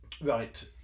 Right